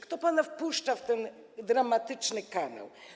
Kto pana wpuszcza w ten dramatyczny kanał?